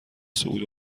صعود